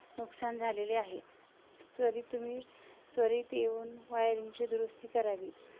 नुकसान झालेले आहे तरी तुम्ही त्वरित येऊन वायरिंगची दुरुस्ती करावी